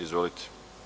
Izvolite.